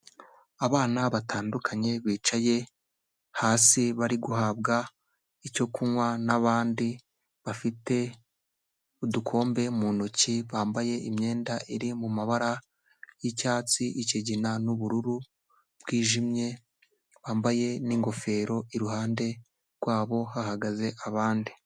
Abana batandukanye bicaye hasi, bari guhabwa icyo kunywa n'abandi bafite udukombe mu ntoki, bambaye imyenda iri mu mabara y'icyatsi, ikigina n'ubururu bwijimye bambaye n'ingofero, iruhande rwabo hahagaze abandi.